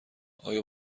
آیا